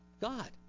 God